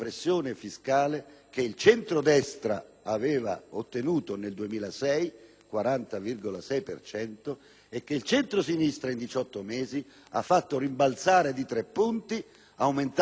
aveva ottenuto nel 2006 (il 40,6 per cento) e che il centrosinistra in 18 mesi ha fatto rimbalzare di tre punti, aumentando di tre punti parallelamente la